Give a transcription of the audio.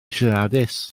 siaradus